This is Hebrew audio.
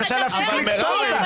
היא מנסה לענות לך ואת קוטעת אותה.